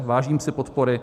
Vážím si podpory.